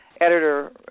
editor